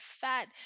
fat